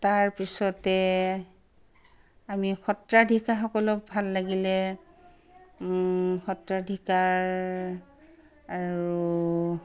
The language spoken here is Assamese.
তাৰপিছতে আমি সত্ৰাধিকাৰসকলক ভাল লাগিলে সত্ৰাধিকাৰ আৰু